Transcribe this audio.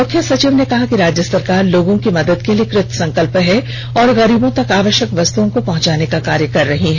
मुख्य सचिव ने कहा कि राज्य सरकार लोगों की मदद के लिए कृतसंकल्प है और गरीबों तक आवष्यक वस्तुओं को पहुंचाने का कार्य कर रही है